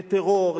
לטרור,